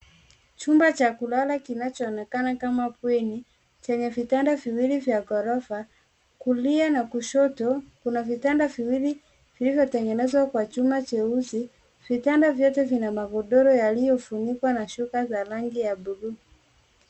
Chumba cha kulala kinachoonekana kama bweni chenye vitanda viwili vya ghorofa. Kulia na kushoto kuna vitanda viwili vilivyotengenezwa kwa chuma cheusi. Vitanda vyote vina magodoro yaliyofunikwa na shuka za rangi ya blue .